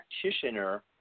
practitioner